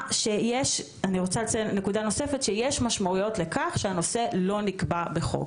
אני גם רוצה לציין שיש משמעויות לכך שהנושא לא נקבע בחוק.